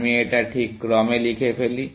আমি এটা ঠিক ক্রমে লিখে ফেলি